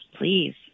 please